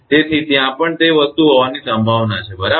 તેથી ત્યાં પણ તે વસ્તુ હોવાની સંભાવના છે બરાબર